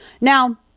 Now